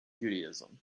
judaism